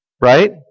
Right